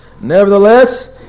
Nevertheless